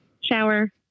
shower